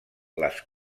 les